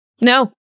No